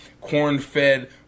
corn-fed